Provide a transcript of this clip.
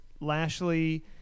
Lashley